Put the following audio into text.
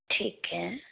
ਠੀਕ ਹੈ